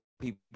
people